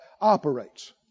operates